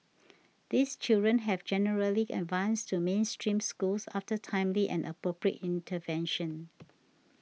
these children have generally advanced to mainstream schools after timely and appropriate intervention